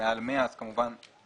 מעל 1002.500,000 שקלים חדשים.